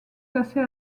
classés